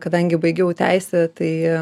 kadangi baigiau teisę tai